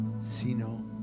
sino